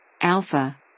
Alpha